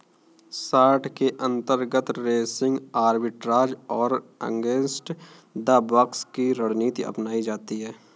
short के अंतर्गत racing arbitrage और अगेंस्ट द बॉक्स की रणनीति अपनाई जाती है